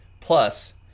Plus